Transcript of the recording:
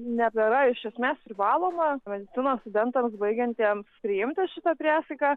nebėra iš esmės privaloma medicinos studentams baigiantiems priimti šitą priesaiką